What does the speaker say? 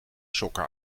sokken